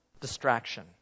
distraction